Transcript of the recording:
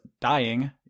dying